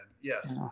Yes